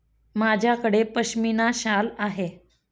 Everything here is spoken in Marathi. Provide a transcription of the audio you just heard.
माझ्याकडे पश्मीना शाल आहे